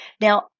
Now